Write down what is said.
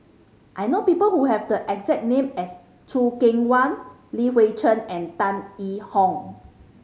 I know people who have the exact name as Choo Keng Kwang Li Hui Cheng and Tan Yee Hong